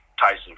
Tyson